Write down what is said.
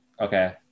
Okay